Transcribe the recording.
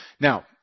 Now